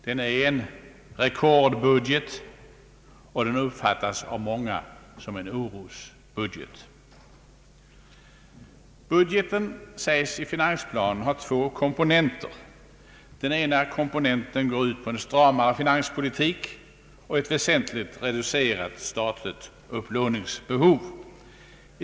Den är en rekordbudget, och den uppfattas av många som en orosbudget. Budgeten sägs i finansplanen ha två komponenter — den ena huvudkomponenten går ut på en stramare finanspolitik och ett väsentligt reducerat statligt upplåningsbehov.